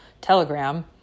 Telegram